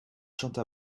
chante